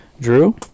Drew